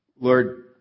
Lord